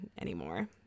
anymore